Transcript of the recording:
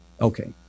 okay